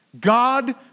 God